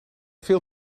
veel